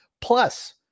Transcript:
plus